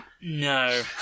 No